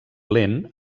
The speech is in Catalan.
lent